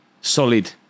solid